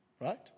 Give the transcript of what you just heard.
right